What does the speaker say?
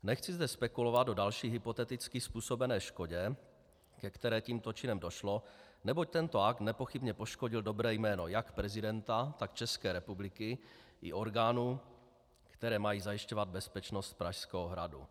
Nechci zde spekulovat o další hypoteticky způsobené škodě, ke které tímto činem došlo, neboť tento akt nepochybně poškodil dobré jméno jak prezidenta, tak České republiky i orgánů, které mají zajišťovat bezpečnost Pražského hradu.